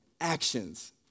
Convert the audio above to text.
actions